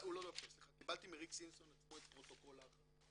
מריק סימפסון עצמו את פרוטוקול ההכנה.